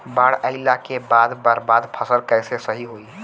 बाढ़ आइला के बाद बर्बाद फसल कैसे सही होयी?